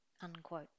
unquote